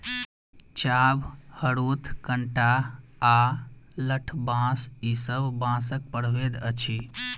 चाभ, हरोथ, कंटहा आ लठबाँस ई सब बाँसक प्रभेद अछि